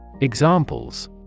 Examples